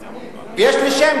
יש לי שם,